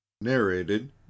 narrated